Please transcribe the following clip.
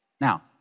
Now